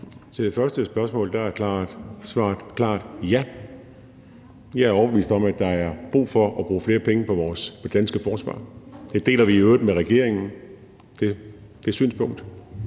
Til det første spørgsmål er svaret klart ja. Jeg er overbevist om, at der er brug for at bruge flere penge på det danske forsvar. Det synspunkt deler vi i øvrigt med regeringen. Der er et